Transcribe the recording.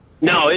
No